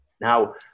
Now